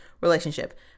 relationship